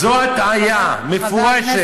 זו הטעיה מפורשת.